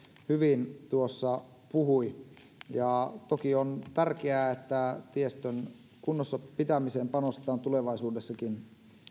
hyvin tuossa puhui ja toki on tärkeää että tiestön kunnossapitämiseen panostetaan tulevaisuudessakin